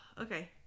Okay